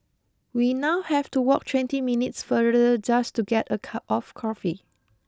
we now have to walk twenty minutes farther just to get a cup of coffee